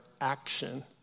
action